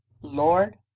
Lord